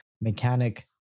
mechanic